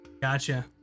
Gotcha